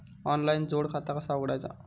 Online जोड खाता कसा उघडायचा?